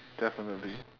definitely